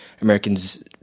Americans